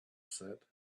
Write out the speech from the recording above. said